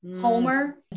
homer